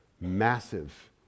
massive